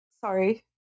Sorry